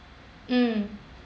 mm